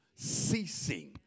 ceasing